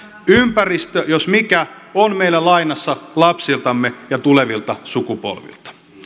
ympäristö jos mikä on meillä lainassa lapsiltamme ja tulevilta sukupolvilta